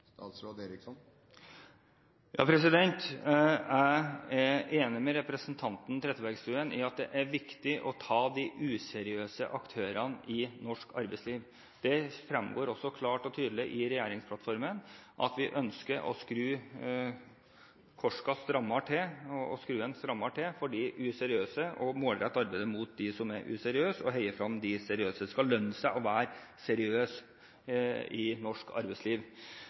Jeg er enig med representanten Trettebergstuen i at det er viktig å ta de useriøse aktørene i norsk arbeidsliv. Det fremgår også klart og tydelig i regjeringsplattformen at vi ønsker å skru korken og skruen strammere til for de useriøse, målrette arbeidet mot dem som er useriøse og heie frem de seriøse. Det skal lønne seg å være seriøs i norsk arbeidsliv.